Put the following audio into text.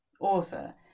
author